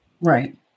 Right